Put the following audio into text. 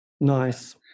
Nice